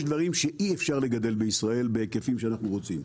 יש דברים שאי אפשר לגדל בישראל בהיקפים שאנחנו רוצים.